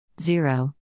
Zero